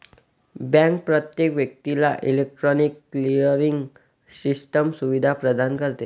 bank प्रत्येक व्यक्तीला electronic clearing system सुविधा प्रदान करते